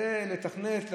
וזה לתכנת,